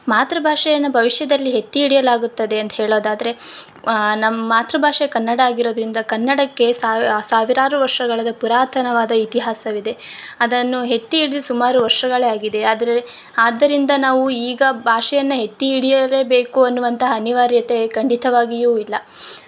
ಮಾತೃ ಭಾಷೆಯನ್ನ ಭವಿಷ್ಯದಲ್ಲಿ ಎತ್ತಿ ಹಿಡಿಯಲಾಗುತ್ತದೆ ಅಂತ ಹೇಳೊದಾದ್ರೆ ನಮ್ಮ ಮಾತೃ ಭಾಷೆ ಕನ್ನಡ ಆಗಿರೋದ್ರಿಂದ ಕನ್ನಡಕ್ಕೆ ಸಾವಿರಾರು ವರ್ಷಗಳ ಪುರಾತನವಾದ ಇತಿಹಾಸವಿದೆ ಅದನ್ನು ಎತ್ತಿಹಿಡ್ದು ಸುಮಾರು ವರ್ಷಗಳೆ ಆಗಿದೆ ಆದರೆ ಆದ್ದರಿಂದ ನಾವು ಈಗ ಭಾಷೆಯನ್ನ ಎತ್ತಿ ಹಿಡಿಯಲೇಬೇಕು ಅನ್ನುವಂಥ ಅನಿವಾರ್ಯತೆ ಖಂಡಿತವಾಗಿಯು ಇಲ್ಲ